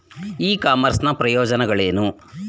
E commerce ನ ಪ್ರಯೋಜನಗಳೇನು?